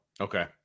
Okay